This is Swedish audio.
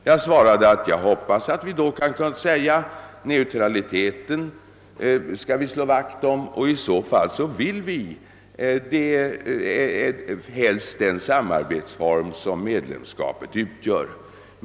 Jag sade att jag hoppades att vi då kunde säga att vi ämnar slå vakt om neutraliteten men att vi helst önskar den samarbetsform som medlemskapet utgör.